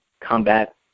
combat